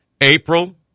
April